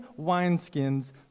wineskins